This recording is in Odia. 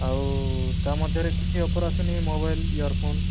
ଆଉ ତା'ମଧ୍ୟରେ କିଛି ଅଫର ଆସୁନି ମୋବାଇଲ୍ ଇୟରଫୋନ୍